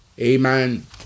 amen